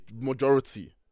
Majority